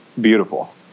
beautiful